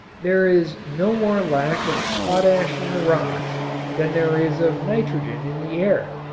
there is no more lack of potash in the rocks than there is of nitrogen in the air,